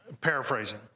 paraphrasing